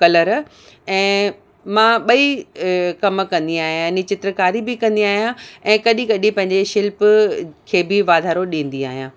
colour ऐं मां ॿई कमु कंदी आहियां यानी चित्रकारी बि कंदी आहियां ऐं कॾहिं कॾहिं पंहिंजे शिल्प खे वाधारो ॾींदी आहियां